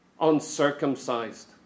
uncircumcised